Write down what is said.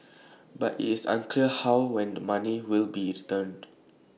but IT is unclear how and when the money will be returned